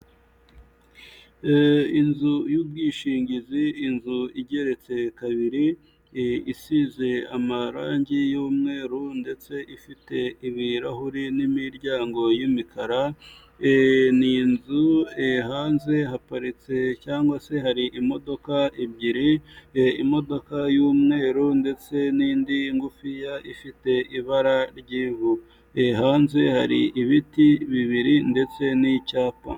Inzu y'ubwishingizi inzu igeretse kabiri isize amarangi y'umweru ndetse ifite ibirahuri n'imiryango y'imikara, ni inzu hanze haparitse cyangwa se hari imodoka ebyiri, imodoka y'umweru ndetse n'indi ngufiya ifite ibara ry'ivu, hanze hari ibiti bibiri ndetse n'icyapa.